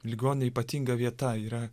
ligoninė ypatinga vieta yra